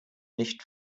nicht